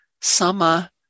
sama